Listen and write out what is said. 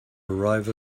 arrive